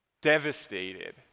devastated